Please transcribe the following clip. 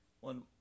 One